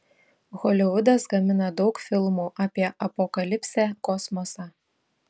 holivudas gamina daug filmų apie apokalipsę kosmosą